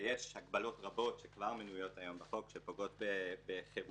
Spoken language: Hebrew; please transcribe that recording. ויש הגבלות רבות שכבר מנויות היום בחוק שפוגעות בחירויות